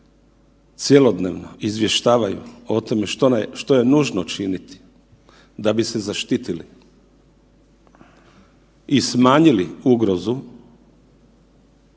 cjelodnevno izvještavaju o tome što je nužno činiti da bi se zaštitili i smanjili ugrozu